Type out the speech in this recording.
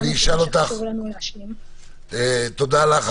תודה לך.